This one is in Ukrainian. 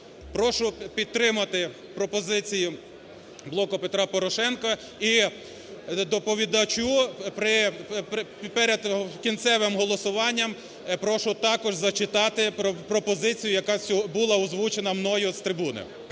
Прошу підтримати пропозицію "Блоку Петра Порошенка". І доповідача перед кінцевим голосуванням прошу також зачитати пропозицію, яка була озвучена мною з трибуни.